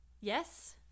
yes